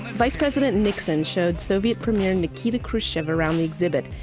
vice president nixon showed soviet premier nikita khrushchev around the exhibit,